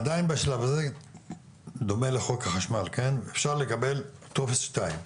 עדיין בשלב הזה אפשר לקבל טופס 2,